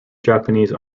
japanese